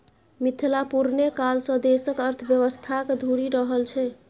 मिथिला पुरने काल सँ देशक अर्थव्यवस्थाक धूरी रहल छै